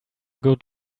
good